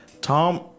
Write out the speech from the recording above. Tom